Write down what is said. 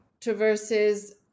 traverses